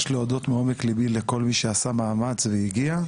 מעומק ליבי לכל מי שעשה מאמץ והגיע,